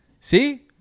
See